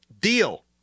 deal